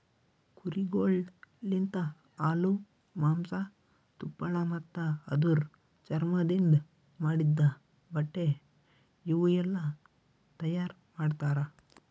ಕುರಿಗೊಳ್ ಲಿಂತ ಹಾಲು, ಮಾಂಸ, ತುಪ್ಪಳ ಮತ್ತ ಅದುರ್ ಚರ್ಮದಿಂದ್ ಮಾಡಿದ್ದ ಬಟ್ಟೆ ಇವುಯೆಲ್ಲ ತೈಯಾರ್ ಮಾಡ್ತರ